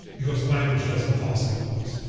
because language doesn't fossilize.